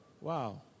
Wow